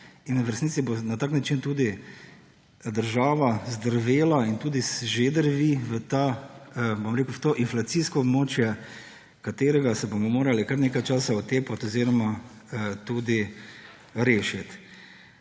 V resnici bo na tak način tudi država zdrvela in tudi že drvi v to inflacijsko območje, katerega se bomo morali kar nekaj časa otepati oziroma tudi rešiti.